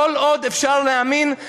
כל עוד אפשר להאמין,